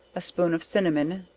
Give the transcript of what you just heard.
a spoon of cinnamon,